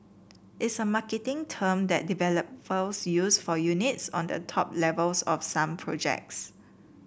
it's a marketing term that developers use for units on the top levels of some projects